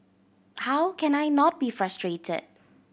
how can I not be frustrated